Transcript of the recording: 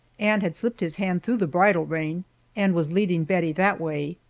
and had slipped his hand through the bridle rein and was leading bettie that way.